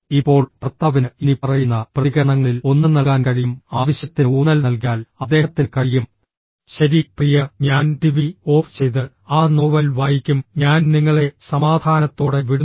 ഇപ്പോൾ ഭർത്താവിന് ഇനിപ്പറയുന്ന പ്രതികരണങ്ങളിൽ ഒന്ന് നൽകാൻ കഴിയും ആവശ്യത്തിന് ഊന്നൽ നൽകിയാൽ അദ്ദേഹത്തിന് കഴിയും ശരി പ്രിയ ഞാൻ ടിവി ഓഫ് ചെയ്ത് ആ നോവൽ വായിക്കും ഞാൻ നിങ്ങളെ സമാധാനത്തോടെ വിടുന്നു